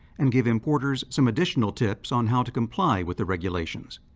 and give importers some additional tips on how to comply with the regulations.